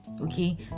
okay